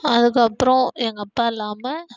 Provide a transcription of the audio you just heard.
அதுக்கப்றம் எங்கள் அப்பா இல்லாமல்